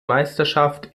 meisterschaft